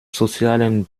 sozialen